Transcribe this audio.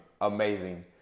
amazing